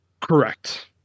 correct